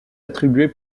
attribuer